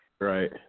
Right